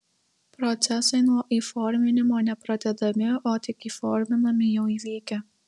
procesai nuo įforminimo ne pradedami o tik įforminami jau įvykę